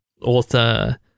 author